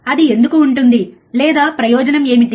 అది ఎందుకు ఉంటుంది లేదా ప్రయోజనం ఏమిటి